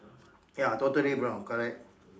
ya totally brown correct